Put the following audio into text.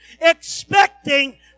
expecting